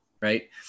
right